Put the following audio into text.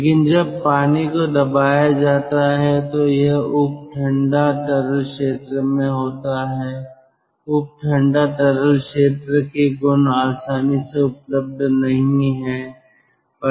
लेकिन जब पानी को दबाया जाता है तो यह उप ठंडा तरल क्षेत्र में होता है उप ठंडा तरल क्षेत्र के गुण आसानी से उपलब्ध नहीं हैं